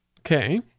Okay